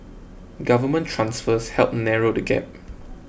government transfers help narrow the gap